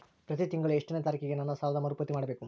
ಪ್ರತಿ ತಿಂಗಳು ಎಷ್ಟನೇ ತಾರೇಕಿಗೆ ನನ್ನ ಸಾಲದ ಮರುಪಾವತಿ ಮಾಡಬೇಕು?